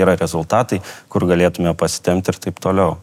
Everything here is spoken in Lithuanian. yra rezultatai kur galėtume pasitempt ir taip toliau